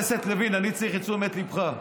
אני צריך את תשומת ליבך.